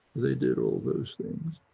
they did all those things.